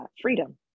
freedom